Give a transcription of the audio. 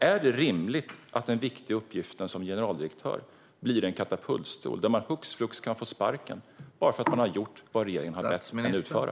Är det rimligt att den viktiga uppgiften som generaldirektör blir en katapultstol och att man hux flux kan få sparken bara för att man har gjort vad regeringen har bett en att utföra?